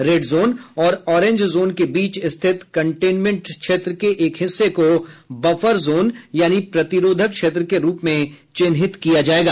red zone और orange zone के बीच स्थित कंटेन्मेंट क्षेत्र के एक हिस्से को बफर जोन यानी प्रतिरोधक क्षेत्र के रूप में चिन्हित किया जाएगा